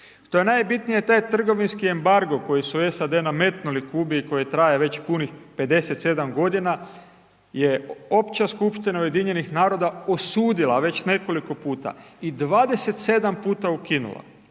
Što je najbitnije taj trgovinski embargo koji su SAD nametnuli Kubi i koji traje već punih 57 godina je Opća skupština Ujedinjenih naroda osudila već nekoliko puta i 27 puta ukinula.